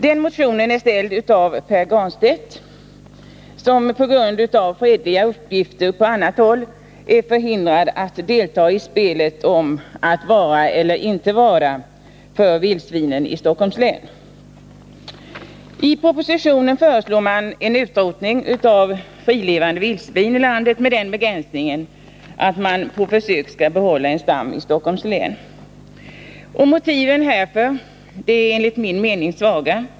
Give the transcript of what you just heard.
Den motionen har väckts av Pär Granstedt, som på grund av fredliga uppgifter på annat håll är förhindrad att delta i spelet om att vara eller inte vara för vildsvinen i Stockholms län. I propositionen föreslår man en utrotning av frilevande vildsvin i landet med den begränsningen att man på försök skall behålla en stam i Stockholms län. Motiven härför är enligt min mening svaga.